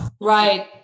Right